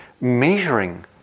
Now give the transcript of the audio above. measuring